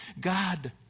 God